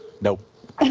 Nope